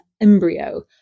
embryo